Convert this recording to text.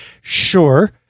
Sure